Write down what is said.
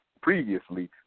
previously